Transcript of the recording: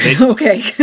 okay